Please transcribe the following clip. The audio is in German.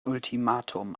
ultimatum